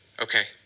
Okay